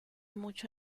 mucho